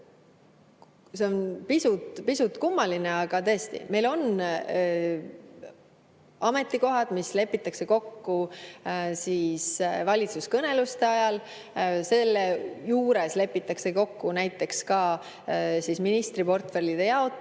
See on pisut kummaline tõesti. Meil on ametikohad, mis lepitakse kokku valitsuskõneluste ajal. Selle juures lepitakse kokku näiteks ka ministriportfellide jaotus.